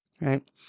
right